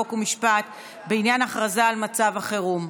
חוק ומשפט בעניין הכרזה על מצב החירום.